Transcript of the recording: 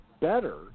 better